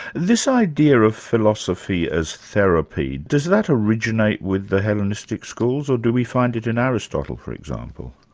this idea of philosophy as therapy, does that originate with the hellenistic schools or do we find it in aristotle for example?